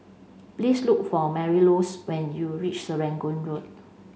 please look for Marylouise when you reach Serangoon Road